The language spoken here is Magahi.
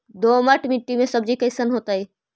दोमट मट्टी में सब्जी कैसन होतै?